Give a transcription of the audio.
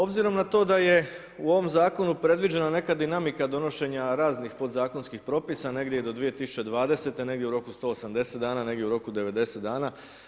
Obzirom na to da je u ovom zakonu predviđena neka dinamika donošenja raznih podzakonskih propisa, negdje do 2020. a negdje u roku od 180 dana, negdje u roku 90 dana.